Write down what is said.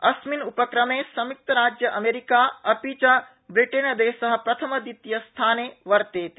अस्मिन् उपक्रमे संयुक्तराज्य अमेरिका अपि च ब्रिटेनदेश प्रथमद्वितीयस्थाने वर्तेते